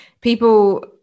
people